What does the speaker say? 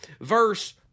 verse